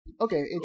Okay